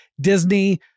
Disney